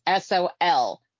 SOL